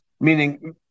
meaning